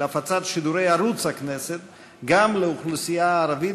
הפצת שידורי ערוץ הכנסת גם לאוכלוסייה הערבית,